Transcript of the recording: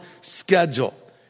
schedule